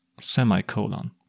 semicolon